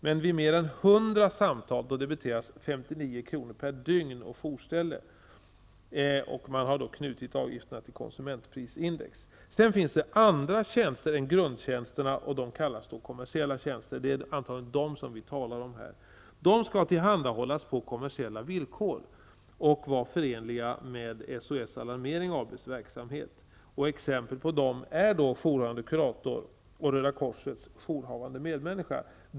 Men vid mer än hundra samtal debiteras 59 kr. per dygn och jourställe. Man har knutit avgifterna till konsumentprisindex. Sedan finns det andra tjänster än grundtjänsterna. De kallas kommersiella tjänster. Det är antagligen de som vi talar om här. De skall tillhandahållas på kommersiella villkor och var förenliga med SOS Alarmering AB:s verksamhet. Exempel på dem är jourhavande kurator och Röda korsets jourhavande medmänniska.